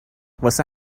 واسه